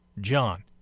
John